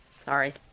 Sorry